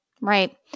right